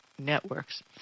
Networks